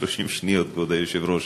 30 שניות, כבוד היושב-ראש.